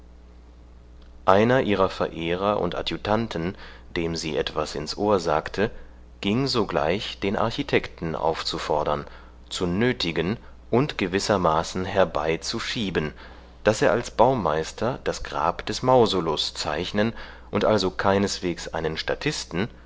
einer ihrer verehrer und adjutanten dem sie etwas ins ohr sagte ging sogleich den architekten aufzufordern zu nötigen und gewissermaßen herbeizuschieben daß er als baumeister das grab des mausolus zeichnen und also keineswegs einen statisten